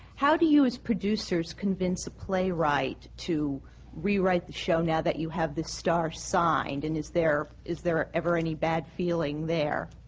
how do you, as producers, convince a playwright to rewrite the show now that you have this star signed? and is there is there ever any bad feeling there?